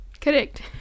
Correct